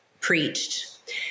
preached